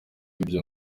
ibyo